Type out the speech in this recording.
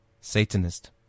Satanist